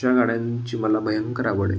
अशा गाड्यांची मला भयंकर आवड आहे